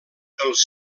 els